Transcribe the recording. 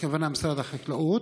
הכוונה למשרד החקלאות.